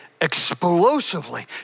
explosively